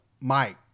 Mike